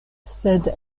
sed